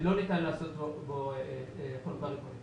לא ניתן לעשות חלוקה רבעונית.